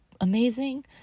amazing